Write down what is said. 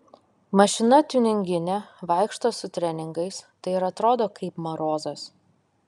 mašina tiuninginė vaikšto su treningais tai ir atrodo kaip marozas